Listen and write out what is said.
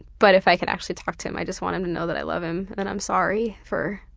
but if i could actually talk to him i'd just want him to know that i love him, that i'm sorry for